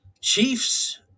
Chiefs